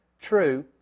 true